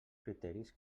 criteris